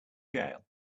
jail